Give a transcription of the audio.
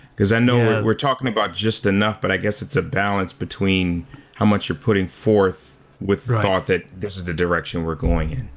because i know we're talking about just enough but i guess it's a balance between how much you're putting forth with the thought that this is the direction we're going in.